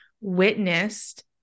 Witnessed